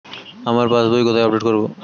আমার পাস বই কোথায় আপডেট করব?